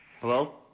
Hello